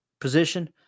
position –